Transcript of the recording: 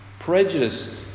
Prejudice